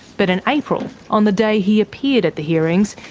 but in april, on the day he appeared at the hearings,